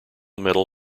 metal